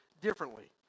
differently